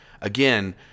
Again